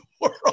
world